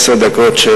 עשר דקות.